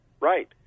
Right